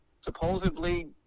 Supposedly